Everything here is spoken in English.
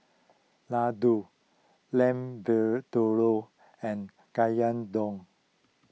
Ladoo Lamb Vindaloo and Gyudon